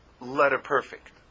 letter-perfect